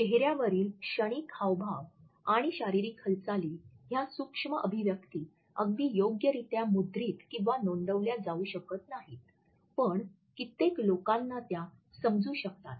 चेहऱ्यावरचे क्षणिक हावभाव आणि शारीरिक हालचाली ह्या सूक्ष्म अभिव्यक्ती अगदी योग्यरित्या मुद्रित किंवा नोंदविल्या जाऊ शकत नाहीत पण कित्येक लोकांना त्या समजू शकतात